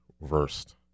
versed